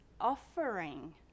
offering